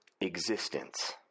existence